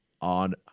on